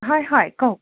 হয় হয় কওক